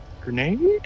grenade